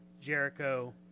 Jericho